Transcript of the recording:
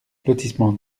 lotissement